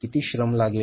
किती श्रम लागेल